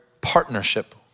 partnership